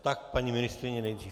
Tak paní ministryně nejdřív.